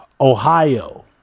Ohio